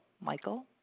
Michael